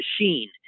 machine